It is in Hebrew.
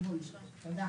תודה.